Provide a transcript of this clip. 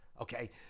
okay